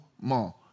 more